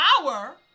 power